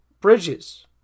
bridges